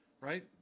right